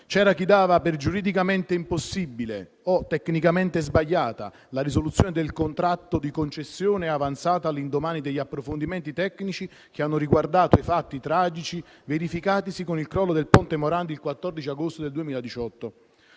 C'era chi dava per giuridicamente impossibile o tecnicamente sbagliata la risoluzione del contratto di concessione avanzata all'indomani degli approfondimenti tecnici che hanno riguardato i fatti tragici verificatisi con il crollo del ponte Morandi il 14 agosto 2018.